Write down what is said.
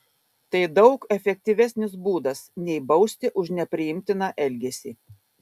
tai daug efektyvesnis būdas nei bausti už nepriimtiną elgesį